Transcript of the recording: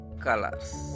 colors